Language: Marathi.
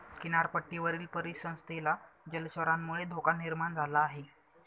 किनारपट्टीवरील परिसंस्थेला जलचरांमुळे धोका निर्माण झाला आहे